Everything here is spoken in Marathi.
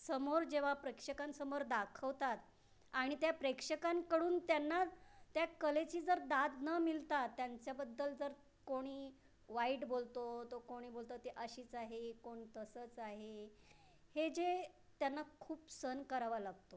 समोर जेव्हा प्रेक्षकांसमोर दाखवतात आणि त्या प्रेक्षकांकडून त्यांना त्या कलेची जर दाद न मिळता त्यांच्याबद्दल जर कोणी वाईट बोलतो तर कोणी बोलतो ती अशीच आहे कोण तसंच आहे हे जे त्यांना खूप सहन करावा लागतो